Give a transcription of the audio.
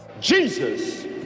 Jesus